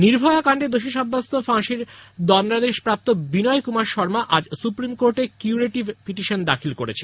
নির্ভয়াকেন্ডে দোষী সাব্যস্ত ফাঁসীর দণ্ডাদেশ প্রাপ্ত বিনয় কুমার শর্মা আজ সুপ্রিম কোর্টে কিউরেটিভ পিটিশন দাখিল করেছে